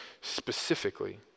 specifically